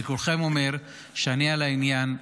אני אומר לכולכם שאני על העניין.